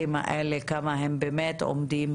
העסקים האלה, כמה הם באמת עומדים